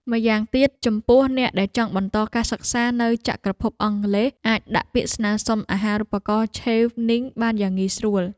ម្យ៉ាងវិញទៀត ចំពោះអ្នកដែលចង់បន្តការសិក្សានៅចក្រភពអង់គ្លេសអាចដាក់ពាក្យស្នើសុំអាហារូបករណ៍ឆេវនីង (Chevening) បានយ៉ាងងាយស្រួល។